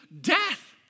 death